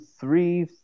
three